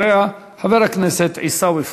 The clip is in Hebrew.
ואחריה, חבר הכנסת עיסאווי פריג'.